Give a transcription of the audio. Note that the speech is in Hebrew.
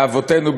ואבותינו,